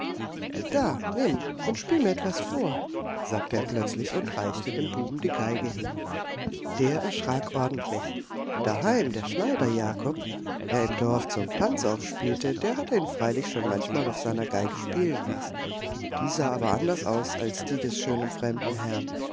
da nimm und spiel mir etwas vor sagte er plötzlich und reichte dem buben die geige hin der erschrak ordentlich daheim der schneider jakob der im dorf zum tanz aufspielte der hatte ihn freilich schon manchmal auf seiner geige spielen lassen die sah aber anders aus als die des schönen fremden herrn